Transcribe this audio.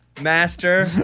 Master